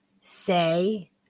say